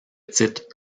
titres